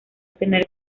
tener